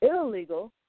illegal